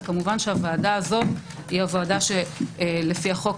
וכמובן שהוועדה הזאת היא הוועדה שלפי החוק